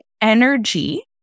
energy